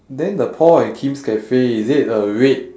then the paul and kim's cafe is it a red